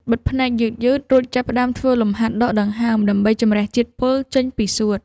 បិទភ្នែកយឺតៗ រួចចាប់ផ្ដើមធ្វើលំហាត់ដកដង្ហើម ដើម្បីជម្រះជាតិពុលចេញពីសួត។